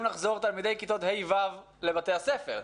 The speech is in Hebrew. לחזור תלמידי כיתות ה'-ו' לבתי הספר.